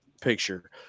picture